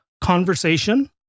conversation